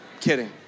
Kidding